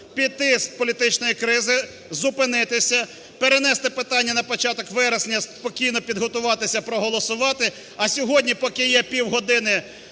піти з політичної кризи, зупинитися, перенести питання на початок вересня, спокійно підготуватися, проголосувати. А сьогодні, поки є півгодини